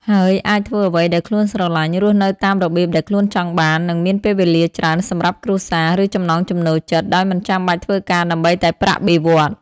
ហើយអាចធ្វើអ្វីដែលខ្លួនស្រឡាញ់ រស់នៅតាមរបៀបដែលខ្លួនចង់បាន និងមានពេលវេលាច្រើនសម្រាប់គ្រួសារ ឬចំណង់ចំណូលចិត្ត ដោយមិនចាំបាច់ធ្វើការដើម្បីតែប្រាក់បៀវត្សរ៍។